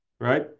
Right